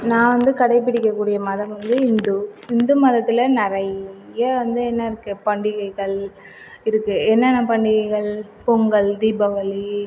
நான் வந்து கடைப்பிடிக்கக் கூடிய மதம் வந்து இந்து இந்து மதத்தில் நிறைய வந்து என்ன இருக்குது பண்டிகைகள் இருக்குது என்னன்ன பண்டிகைகள் பொங்கல் தீபாவளி